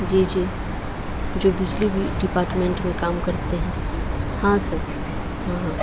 جی جی جو بجلی بھی ڈپارٹمنٹ میں کام کرتے ہیں ہاں سر ہاں ہاں